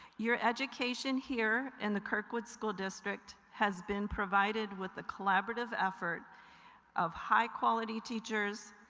your education here in the kirkwood school district has been provided with the collaborative effort of high quality teachers,